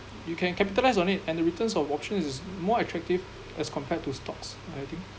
you can capitalise on it and the returns of options is more attractive as compared to stocks I think